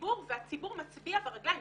לציבור והציבור מצביע ברגליים.